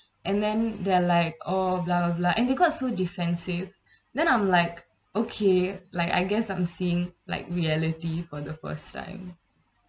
and then they're like oh blah blah blah and they got so defensive then I'm like okay like I guess I'm seeing like reality for the first time